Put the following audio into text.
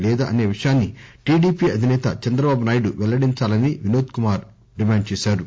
లేదా అసే విషయాన్ని టిడిపి అధిసేత చంద్రబాబునాయుడు పెల్లడించాలని వినోద్ డిమాండ్ చేశారు